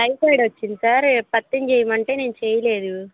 typhoid వచ్చింది sir పత్యం చెయ్యమంటే నేను చెయ్యలేదు